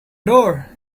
door